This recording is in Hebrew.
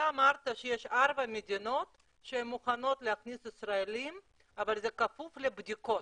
אתה אמרת שיש ארבע מדינות שמוכנות להכניס ישראלים אבל זה כפוף לבדיקות,